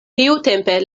tiutempe